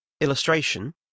illustration